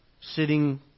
sitting